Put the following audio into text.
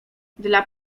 dla